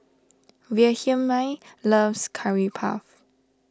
Wilhelmine loves Curry Puff